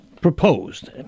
proposed